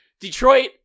Detroit